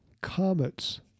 Comets